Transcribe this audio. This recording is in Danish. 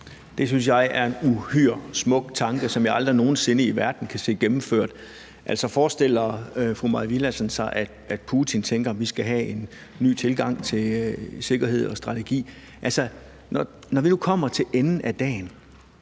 Det synes jeg er en uhyre smuk tanke, som jeg aldrig nogen sinde kan se gennemført i verden. Altså, forestiller fru Mai Villadsen sig, at Putin tænker, at vi skal have en ny tilgang til sikkerhed og strategi? Når vi nu kommer til enden af dagen,